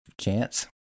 chance